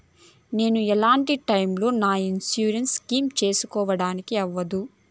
నేను ఎట్లాంటి టైములో నా ఇన్సూరెన్సు ను క్లెయిమ్ సేసుకోవడానికి అవ్వదు?